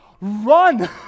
run